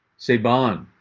sabon